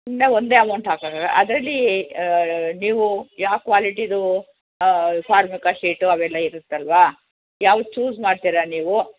ಇನ್ನು ಒಂದೇ ಅಮೌಂಟ್ ಹಾಕೋಲ್ಲ ಅದರಲ್ಲೀ ನೀವು ಯಾವ ಕ್ವಾಲಿಟಿದು ಫಾರ್ಮಿಕಾ ಶೀಟು ಅವೆಲ್ಲ ಇರುತ್ತಲ್ಲವಾ ಯಾವ್ದು ಚೂಸ್ ಮಾಡ್ತೀರ ನೀವು